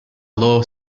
low